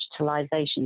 digitalisation